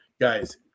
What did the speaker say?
guys